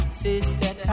sister